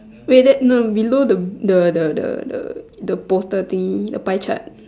wait no below the the the the the bottle thing the pie chart